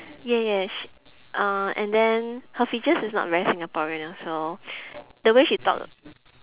yes yes uh and then her features is not very singaporean also the way she talk